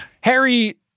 Harry